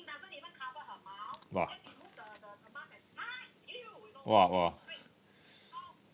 !wah! !wah! !wah!